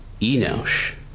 Enosh